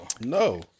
No